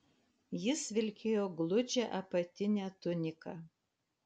jis vilkėjo gludžią apatinę tuniką